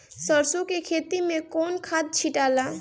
सरसो के खेती मे कौन खाद छिटाला?